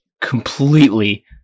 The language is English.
completely